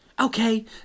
Okay